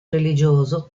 religioso